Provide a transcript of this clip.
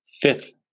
fifth